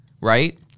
Right